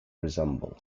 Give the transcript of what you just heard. resemble